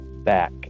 back